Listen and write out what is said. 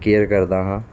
care ਕਰਦਾ ਹਾਂ